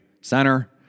Center